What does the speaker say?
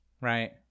Right